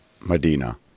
Medina